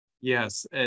Yes